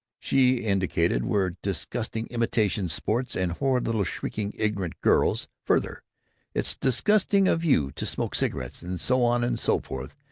she indicated, were disgusting imitation sports, and horrid little shrieking ignorant girls. further it's disgusting of you to smoke cigarettes, and so on and so forth,